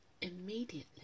immediately